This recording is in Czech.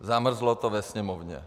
Zamrzlo to ve Sněmovně.